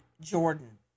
Jordan